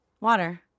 water